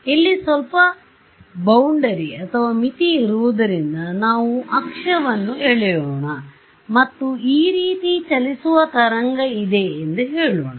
ಇಲ್ಲಿ ಸ್ವಲ್ಪ ಮಿತಿ ಇರುವುದರಿಂದ ಅಕ್ಷವನ್ನು ಎಳೆಯೋಣ ಮತ್ತು ಈ ರೀತಿ ಚಲಿಸುವ ತರಂಗಇದೆ ಎಂದು ಹೇಳೋಣ